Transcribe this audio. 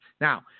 Now